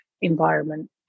environment